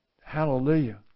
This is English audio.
Hallelujah